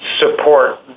support